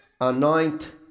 Anoint